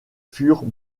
furent